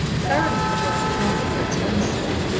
thoroughly enjoying a romp for its own sake,